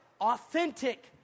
authentic